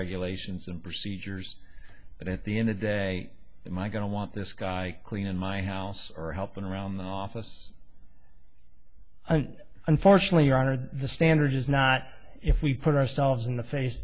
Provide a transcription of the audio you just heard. regulations and procedures but at the end of day my going to want this guy cleaning my house or helping around the office and unfortunately your honor the standard is not if we put ourselves in the face